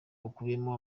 bukubiyemo